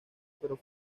pero